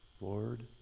Lord